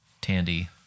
Tandy